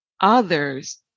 others